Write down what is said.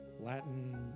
latin